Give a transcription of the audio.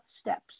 Steps